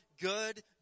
good